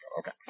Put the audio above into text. okay